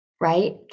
right